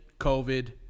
COVID